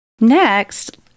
Next